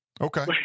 Okay